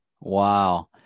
Wow